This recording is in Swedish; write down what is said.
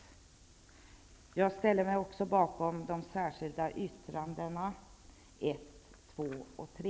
Vidare ställer jag mig bakom de särskilda yttrandena 1, 2 och 3.